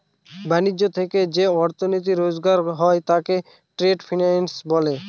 ব্যাণিজ্য থেকে যে অর্থনীতি রোজগার হয় তাকে ট্রেড ফিন্যান্স বলে